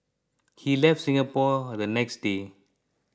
he left Singapore the next day